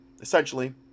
essentially